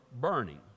burning